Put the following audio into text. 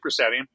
supersetting